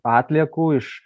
atliekų iš